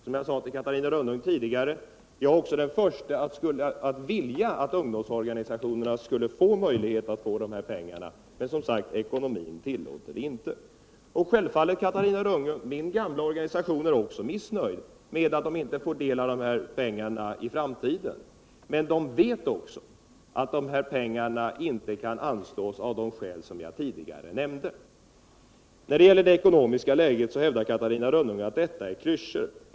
Som jag sade till Catarina Rönnung tidigare är jag också den förste att önska att ungdomsorganisationerna bereds möjlighet att få pengarna. Men ekonomin tillåter inte detta. Självklart är det så, Catarina Rönnung, att min gamla organisation också är missnöjd med att den inte får del av de här pengarna i framtiden. Men min organisation vet att pengarna inte kan anslås av de skäl som jag tidigare nämnt. När det gäller det ekonomiska läget hävdar Catarina Rönnung att det jag sade är klyschor.